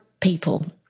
people